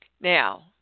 Now